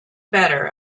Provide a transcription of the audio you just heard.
better